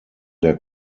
der